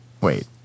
wait